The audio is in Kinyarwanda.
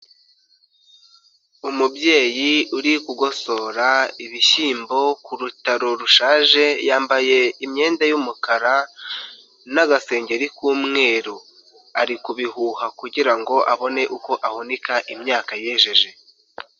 Umubyeyi uri gugosora ibishyimbo ku rutaro rushaje yambaye imyenda y'umukara n'agasengengeri k'umweru, ari kubihuha kugira ngo abone uko ahunika imyaka yejeje.